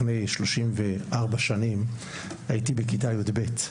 לפני 34 שנים הייתי בכתה י"ב.